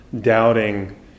doubting